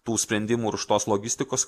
tų sprendimų ir už tos logistikos